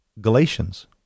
Galatians